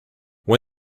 when